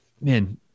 Man